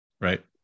right